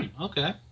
Okay